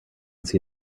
see